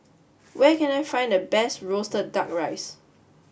where can I find the best roasted duck rice